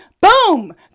boom